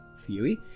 theory